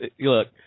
look